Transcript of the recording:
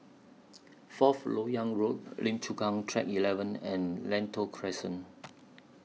Fourth Lok Yang Road Lim Chu Kang Track eleven and Lentor Crescent